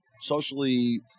socially